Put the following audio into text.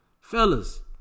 Fellas